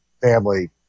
family